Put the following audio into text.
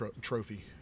trophy